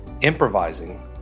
improvising